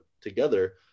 together